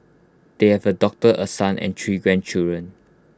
they have A doctor A son and three grandchildren